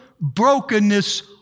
brokenness